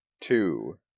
Two